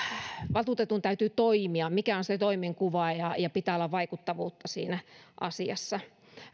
valtuutetun täytyy toimia eli mikä on se toimenkuva ja ja pitää olla vaikuttavuutta siinä asiassa